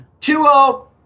2-0